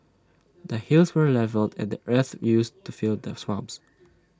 the hills were levelled and the earth used to fill the swamps